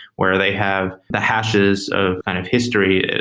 where they have the hashes of kind of history.